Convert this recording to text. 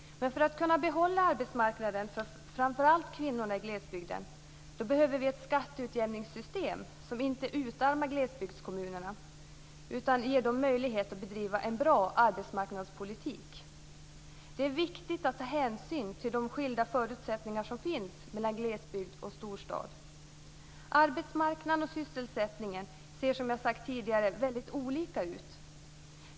Men för att kunna behålla arbetsmarknaden för framför allt kvinnorna i glesbygden behöver vi ett skatteutjämningssystem som inte utarmar glesbygdskommunerna, utan ger dem möjlighet att bedriva en bra arbetsmarknadspolitik. Det är viktigt att ta hänsyn till de skilda förutsättningar som finns mellan glesbygd och storstad. Arbetsmarknaden och sysselsättningen ser som jag har sagt tidigare väldigt olika ut.